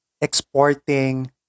exporting